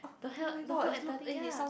the hell the whole entire thing ya